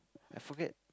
I forget